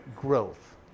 growth